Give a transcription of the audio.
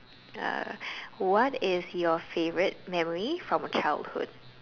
uh what is your favourite memory from your childhood